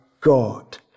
God